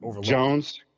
Jones